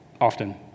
often